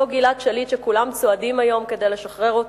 אותו גלעד שליט שכולם צועדים היום כדי לשחרר אותו.